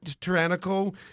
tyrannical